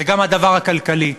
וגם הדבר הכלכלי.